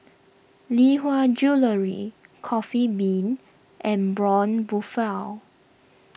Lee Hwa Jewellery Coffee Bean and Braun Buffel